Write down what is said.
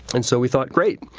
and so we thought, great.